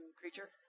creature